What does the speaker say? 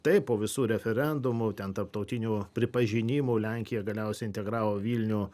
taip po visų referendumų ten tarptautinių pripažinimų lenkija galiausiai integravo vilnių